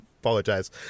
apologize